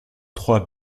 trois